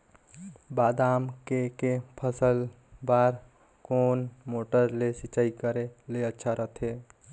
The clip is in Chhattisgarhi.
बादाम के के फसल बार कोन मोटर ले सिंचाई करे ले अच्छा रथे?